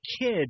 kid